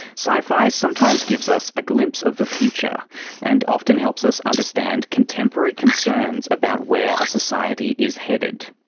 sci-fi sometimes gives us a glimpse of the future and often helps us understand contemporary concerns about where a society is headed.